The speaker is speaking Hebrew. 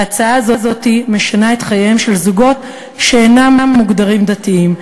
ההצעה הזאת משנה את חייהם של זוגות שאינם מוגדרים דתיים,